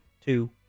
two